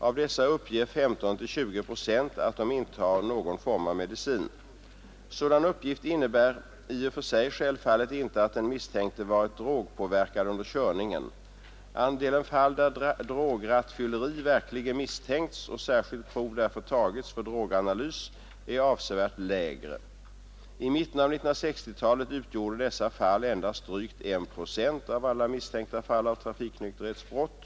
Av dessa uppger 15 — 20 procent att de intar någon form av medicin. Sådan uppgift innebär i och för sig självfallet inte att den misstänkte varit drogpåverkad under körningen. Andelen fall där drograttfylleri verkligen misstänkts och särskilt prov därför tagits för droganalys är avsevärt lägre. I mitten av 1960-talet utgjorde dessa fall endast drygt 1 procent av alla misstänkta fall av trafiknykterhetsbrott.